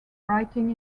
writing